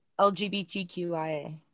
LGBTQIA